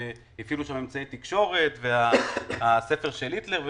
הפעילו שם אמצעי תקשורת ופורסם הספר של היטלר.